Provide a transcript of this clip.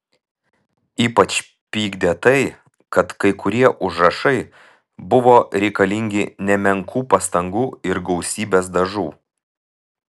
ypač pykdė tai kad kai kurie užrašai buvo reikalingi nemenkų pastangų ir gausybės dažų